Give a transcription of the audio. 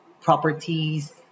properties